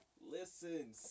Listen